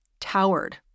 towered